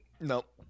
Nope